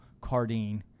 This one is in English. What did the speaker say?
Cardine